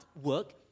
work